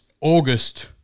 August